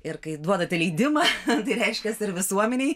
ir kai duodate leidimą tai reiškiasi ir visuomenei